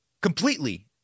completely